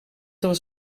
was